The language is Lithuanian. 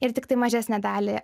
ir tiktai mažesnę dalį